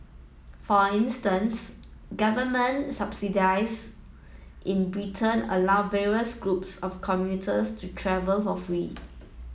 for instance government subsidies in Britain allow various groups of commuters to travel for free